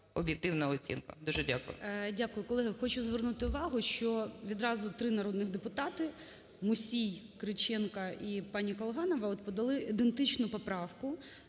об'єктивна оцінка. Дуже дякую. ГОЛОВУЮЧИЙ. Дякую, колеги. Хочу звернути увагу, що відразу три народних депутати: Мусій, Кириченко і пані Колганова – подали ідентичну поправку